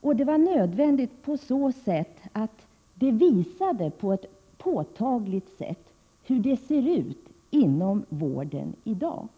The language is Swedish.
Det var nödvändigt på så sätt att det på ett påtagligt sätt visade hur det ser ut inom vården i dag.